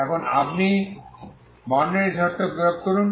এখন আপনি বাউন্ডারি শর্ত প্রয়োগ করুন